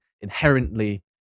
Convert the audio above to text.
inherently